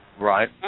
Right